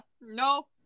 no